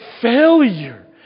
failure